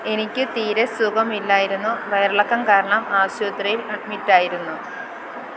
എനിക്ക് തീരെ സുഖമില്ലായിരുന്നു വയറിളക്കം കാരണം ആശുപത്രിയിൽ അഡ്മിറ്റ് ആയിരുന്നു